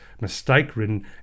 mistake-ridden